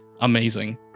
Amazing